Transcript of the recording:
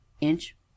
inch